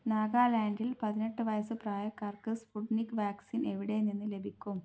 നാഗാലാൻഡിൽ പതിനെട്ട് വയസ്സ് പ്രായക്കാർക്ക് സ്പുട്നിക് വാക്സിൻ എവിടെ നിന്ന് ലഭിക്കും